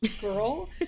girl